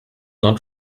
not